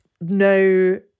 no